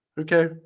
okay